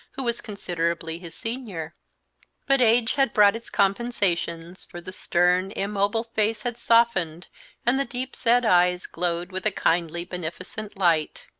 who was considerably his senior but age had brought its compensations, for the stern, immobile face had softened and the deep-set eyes glowed with a kindly, beneficent light.